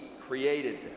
created